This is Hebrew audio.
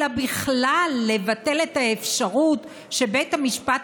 אלא בכלל לבטל את האפשרות שבית המשפט